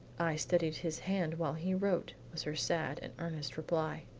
i steadied his hand while he wrote, was her sad and earnest reply.